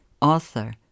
author